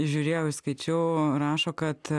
žiūrėjau įskaičiau rašo kad